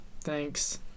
Thanks